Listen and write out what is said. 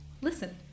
listen